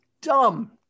dumb